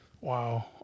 Wow